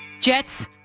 Jets